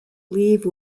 leave